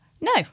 no